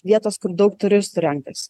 vietos kur daug turistų renkasi